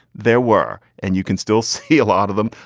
there were. and you can still see a lot of them.